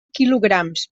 quilograms